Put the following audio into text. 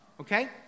okay